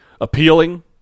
appealing